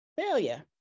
failure